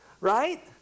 right